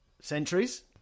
centuries